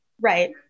Right